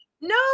No